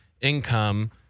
income